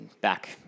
back